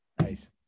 Nice